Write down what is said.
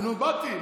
נו, באתי.